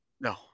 No